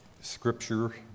scripture